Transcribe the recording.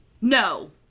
No